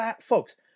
Folks